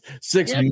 six